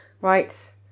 Right